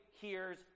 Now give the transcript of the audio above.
hears